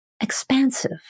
Expansive